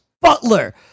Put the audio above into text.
Butler